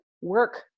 work